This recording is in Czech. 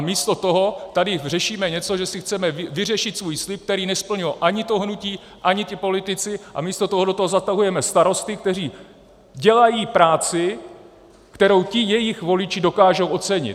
Místo toho tady řešíme něco, že si chceme vyřešit svůj slib, který nesplnilo ani to hnutí, ani ti politici, a místo toho do toho zatahujeme starosty, kteří dělají práci, kterou jejich voliči dokážou ocenit.